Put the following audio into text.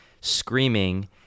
screaming